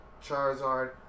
Charizard